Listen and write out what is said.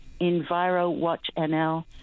envirowatchnl